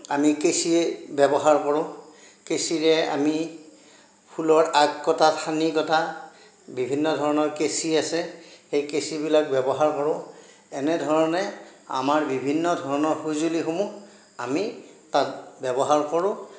আমি কেঁচী ব্যৱহাৰ কৰোঁ কেঁচীৰে আমি ফুলৰ আগ কটা ঠানি কটা বিভিন্ন ধৰণৰ কেঁচী আছে সেই কেঁচীবিলাক ব্যৱহাৰ কৰোঁ এনেধৰণে আমাৰ বিভিন্ন ধৰণৰ সঁজুলিসমূহ আমি তাত ব্যৱহাৰ কৰোঁ